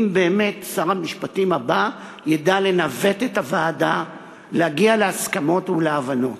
אם באמת שר המשפטים הבא ידע לנווט את הוועדה להגיע להסכמות ולהבנות.